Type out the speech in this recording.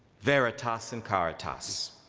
veritas and caritas.